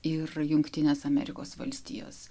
ir jungtinės amerikos valstijos